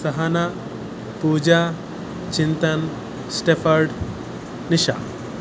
ಸಹನಾ ಪೂಜಾ ಚಿಂತನ್ ಸ್ಟೆಫರ್ಡ್ ನಿಶಾ